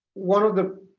one of the